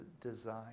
design